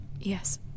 Yes